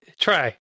try